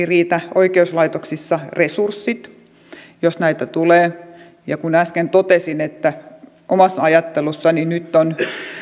riitä oikeuslaitoksissa resurssit jos näitä tulee ja kun äsken totesin omassa ajattelussani että nyt on